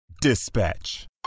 Dispatch